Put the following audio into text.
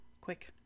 Quick